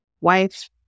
wife